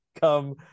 come